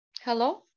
Hello